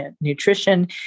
nutrition